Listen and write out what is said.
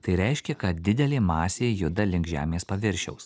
tai reiškia kad didelė masė juda link žemės paviršiaus